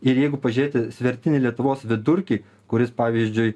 ir jeigu pažiūrėti svertinį lietuvos vidurkį kuris pavyzdžiui